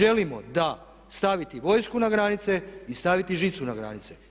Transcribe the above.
I želimo da, staviti vojsku na granice i staviti žicu na granice.